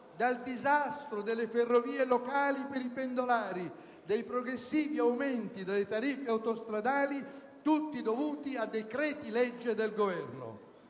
dal disastro delle ferrovie locali per i pendolari, dai progressivi aumenti delle tariffe autostradali, tutti dovuti a decreti-legge del Governo.